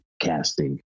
casting